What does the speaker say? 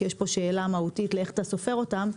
כי יש פה שאלה מהותית לאיך אתה סופר אותם,